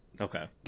okay